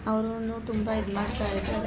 ಅವರೂನು ತುಂಬಾ ಇದ್ಮಾಡ್ತಾಯಿದ್ದಾರೆ